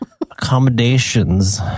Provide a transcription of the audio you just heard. accommodations